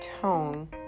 tone